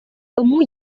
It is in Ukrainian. тому